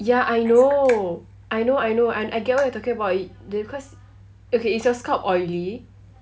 ya I know I know I know I I get what you're talking about the~ cause okay is your scalp oily